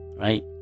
right